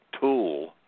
tool